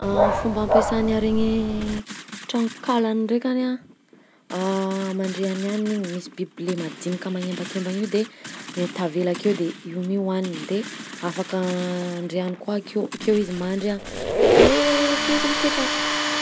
Fomba ampiasan'ny araignée tranon-kalany ndraikany a, amandrihany hanina igny, misy biby le madinika le magnembakembagna io de e- tavela akeo de io mi hohaniny, de afaka andriàny koa akeo, akeo izy mandry a de akeo izy mipetraka.